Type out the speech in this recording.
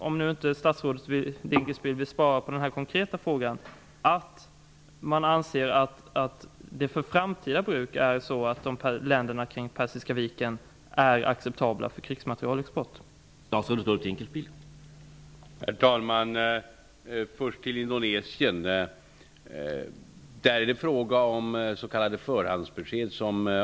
Om statsrådet Dinkelspiel inte vill svara på den här konkreta frågan undrar jag om man anser att länderna kring Persiska viken är acceptabla för krigsmaterielexport i framtiden.